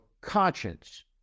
conscience